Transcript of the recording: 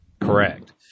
correct